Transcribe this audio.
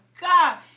God